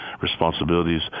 responsibilities